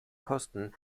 kosten